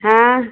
हाँ